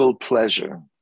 pleasure